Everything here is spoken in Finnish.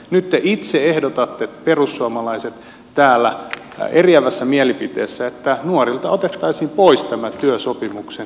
nyt te itse ehdotatte perussuomalaiset täällä eriävässä mielipiteessä että nuorilta otettaisiin pois tämä työsopimuksen turva